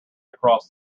across